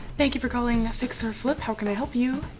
thank you for calling fix-or-flip, how can i help you?